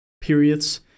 periods